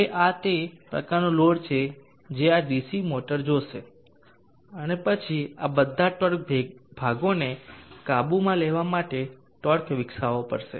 હવે આ તે પ્રકારનું લોડ છે જે આ ડીસી મોટર જોશે અને તે પછી આ બધા ટોર્ક ભાગોને કાબુમાં લેવા માટે ટોર્ક વિકસાવવો પડશે